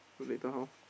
so later how